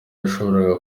yashoboraga